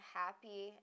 happy